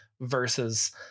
versus